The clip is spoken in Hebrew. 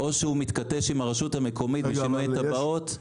או שהוא מתכתש עם הרשות המקומית לשינוי תב"עות.